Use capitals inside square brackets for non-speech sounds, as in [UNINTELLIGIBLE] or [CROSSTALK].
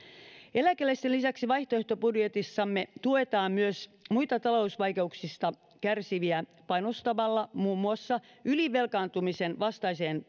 eläkeläisten lisäksi vaihtoehtobudjetissamme tuetaan myös muita talousvaikeuksista kärsiviä panostamalla muun muassa ylivelkaantumisen vastaiseen [UNINTELLIGIBLE]